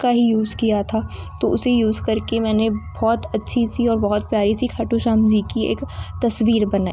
का ही यूज़ किया था तो उसे यूज़ करके मैंने बहुत अच्छी सी और बहुत प्यारी सी खाटू श्याम जी की एक तस्वीर बनाई